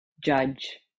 judge